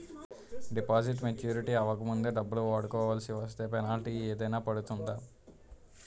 Deposit maturity అవ్వక ముందే డబ్బులు వాడుకొవాల్సి వస్తే పెనాల్టీ ఏదైనా పడుతుందా?